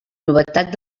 novetat